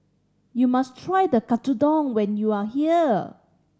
you must try the Katsudon when you are here